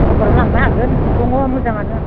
भकटपारायाव लांनो हागोन दङ मोजाङानो